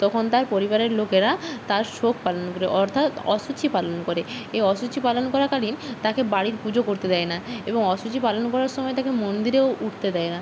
তখন তার পরিবারের লোকেরা তার শোক পালন করে অর্থাৎ অশুচি পালন করে এই অশুচি পালন করাকালীন তাকে বাড়ির পুজো করতে দেয় না এবং অশুচি পালন করার সময় তাকে মন্দিরেও উঠতে দেয় না